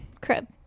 crib